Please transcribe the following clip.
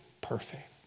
perfect